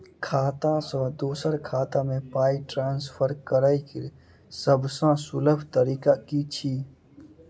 खाता सँ दोसर खाता मे पाई ट्रान्सफर करैक सभसँ सुलभ तरीका की छी?